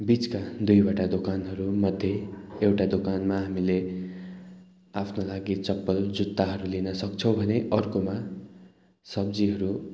बिचका दुईवटा दोकानहरूमध्ये एउटा दोकानमा हामीले आफ्नो लागि चप्पलजुत्ताहरू लिनसक्छौँ भने अर्कोमा सब्जीहरू